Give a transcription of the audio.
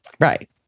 Right